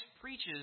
preaches